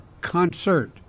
concert